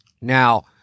Now